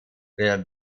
für